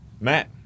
Matt